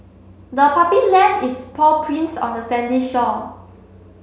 the puppy left its paw prints on the sandy shore